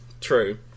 true